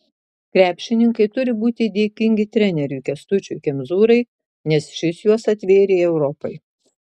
krepšininkai turi būti dėkingi treneriui kęstučiui kemzūrai nes šis juos atvėrė europai